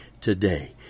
today